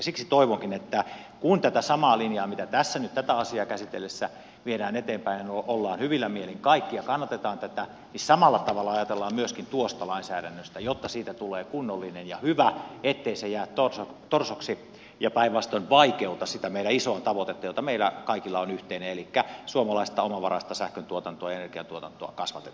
siksi toivonkin että kun tätä samaa linjaa kuin tässä nyt tätä asiaa käsitellessä viedään eteenpäin ollaan hyvillä mielin kaikki ja kannatetaan tätä niin samalla tavalla ajatellaan myöskin tuosta lainsäädännöstä jotta siitä tulee kunnollinen ja hyvä ettei se jää torsoksi ja päinvastoin vaikeuta sitä meidän isoa tavoitettamme joka meillä kaikilla on yhteinen elikkä suomalaista omavaraista sähköntuotantoa eikä tuota tuota saa